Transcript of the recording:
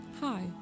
Hi